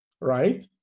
right